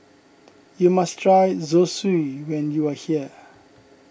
you must try Zosui when you are here